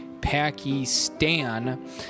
Pakistan